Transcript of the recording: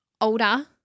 older